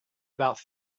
about